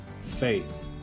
faith